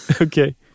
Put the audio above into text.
Okay